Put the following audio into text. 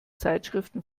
zeitschriften